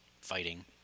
fighting